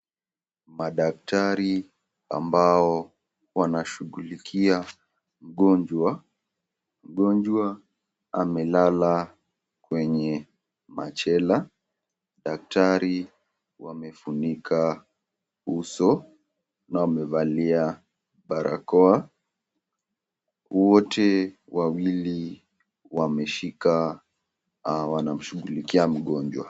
Madaktari amabao wanashugulikia mgonjwa, mgonjwa amelala kwenye machela, daktari wamefunika uso na wamevalia barakao, wote wawili wameshika, wanamshughulikia mgonjwa.